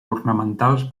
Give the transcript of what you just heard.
ornamentals